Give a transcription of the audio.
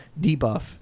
debuff